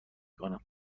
کنم